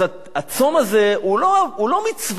הצום הזה הוא לא מצווה.